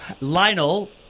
Lionel